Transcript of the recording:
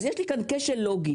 אז יש לי כאן כשל לוגי.